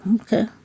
okay